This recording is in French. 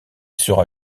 sera